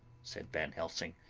said van helsing.